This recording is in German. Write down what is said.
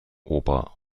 ober